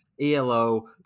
ELO